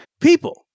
People